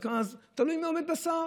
תלוי בשר.